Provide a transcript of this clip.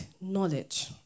knowledge